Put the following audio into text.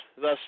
thus